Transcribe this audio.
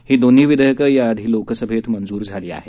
ही दोन्ही विधेयकं याआधी लोकसभेत मंजूर झाली आहेत